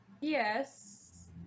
Yes